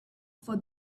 for